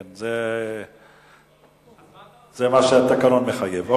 זה מה שהתקנון מחייב.